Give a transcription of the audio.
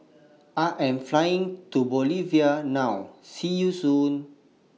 I Am Flying to Bolivia now See YOU Soon